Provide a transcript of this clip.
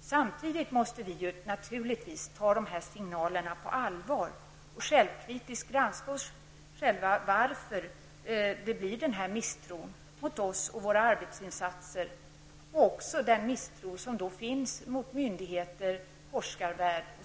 Samtidigt måste vi naturligtvis ta dessa signaler på allvar och självkritiskt granska oss själva, samtidigt som vi frågar oss varför det finns den här misstron mot oss och våra arbetsinsatser, mot myndigheter och forskarvärld.